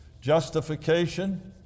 justification